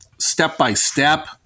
step-by-step